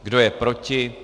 Kdo je proti?